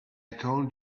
told